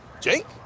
Jake